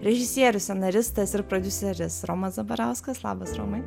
režisierius scenaristas ir prodiuseris romas zabarauskas labas romai